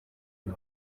ubu